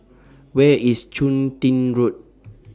Where IS Chun Tin Road